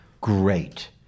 great